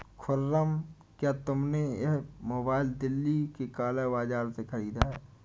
खुर्रम, क्या तुमने यह मोबाइल दिल्ली के काला बाजार से खरीदा है?